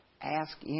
Ask